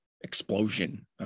explosion